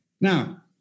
Now